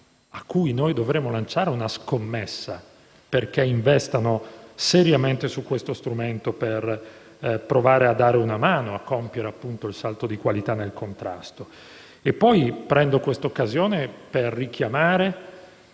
ai quali noi dovremmo lanciare una scommessa perché investano seriamente su questo strumento per provare a dare una mano a compiere il salto di qualità nel contrasto. Colgo questa occasione per richiamare